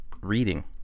reading